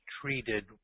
treated